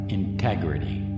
integrity